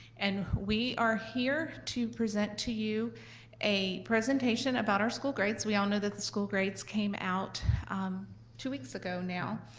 and we are here to present to you a presentation about our school grades. we all know that the school grades came out two weeks ago now,